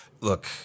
Look